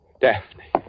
Daphne